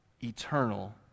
eternal